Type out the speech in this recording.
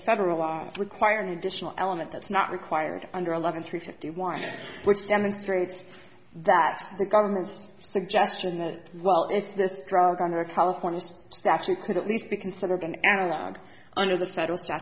federal law require an additional element that's not required under eleven three fifty one which demonstrates that the government's suggestion that well is this drug under california's statute could at least be considered an analog under the federal